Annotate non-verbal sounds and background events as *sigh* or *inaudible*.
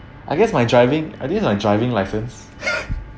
I guess my driving I didn't have driving license *laughs*